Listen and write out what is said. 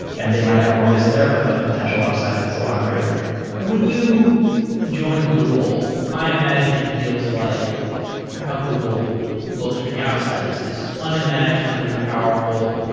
and they might have more risk there, but the potential upside is a lot greater when you joined google, i imagine it feels like how google looks from the outside. it's this unimaginably powerful,